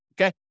Okay